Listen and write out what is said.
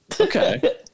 okay